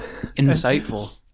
Insightful